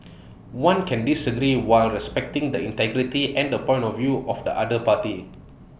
one can disagree while respecting the integrity and the point of view of the other party